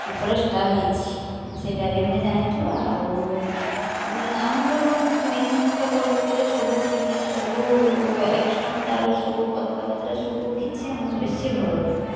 superstar ହେଇଛି ସେଟା ବି ଆମେ ଜାଣିଛୁ ଆଉ ଆମର ମିିଥୁନ ଚକ୍ରବର୍ତ୍ତୀର ସବୁ ଫିଲିମ୍ ସବୁ ଆକ୍ସନ୍ ତାର ସବୁ କଥାବାର୍ତ୍ତା ସବୁ କିଛି ଆମକୁ ବେଶୀ ଭଲ ଲାଗେ